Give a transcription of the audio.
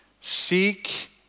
Seek